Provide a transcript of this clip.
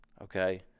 okay